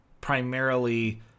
primarily